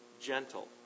gentle